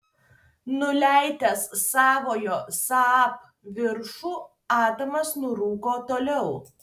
nuleidęs savojo saab viršų adamas nurūko toliau